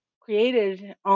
created